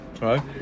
right